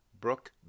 Brooke